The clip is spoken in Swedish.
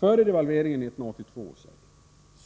Före devalveringen 1982